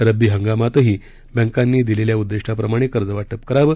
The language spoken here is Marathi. रब्बी हंगामातही बँकांनी दिलेल्या उद्दिष्टाप्रमाणे कर्जवाटप करावं